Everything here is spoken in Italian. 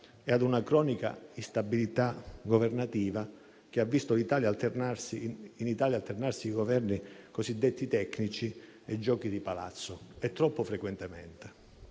e ad una cronica instabilità governativa che ha visto in Italia alternarsi Governi cosiddetti tecnici e giochi di Palazzo troppo frequentemente.